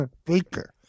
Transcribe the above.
speaker